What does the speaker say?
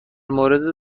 مورد